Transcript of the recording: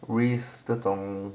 risk 这种